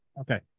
Okay